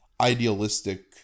idealistic